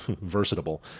versatile